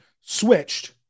switched